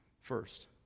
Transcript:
first